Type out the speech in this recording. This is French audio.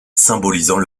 symbolisant